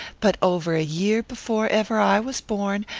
but over a year before ever i was born,